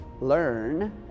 Learn